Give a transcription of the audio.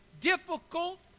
difficult